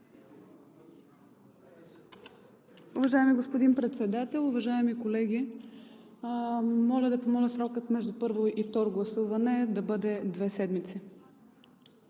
Уважаеми господин Председател, уважаеми колеги! Моля срокът между първо и второ гласуване да бъде две седмици.